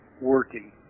working